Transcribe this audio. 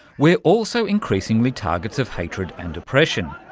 we're also increasingly targets of hatred and oppression.